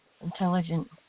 intelligent